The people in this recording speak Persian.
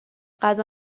غذا